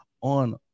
on